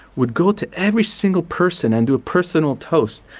would go to every single person and do a personal toast,